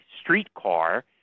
streetcar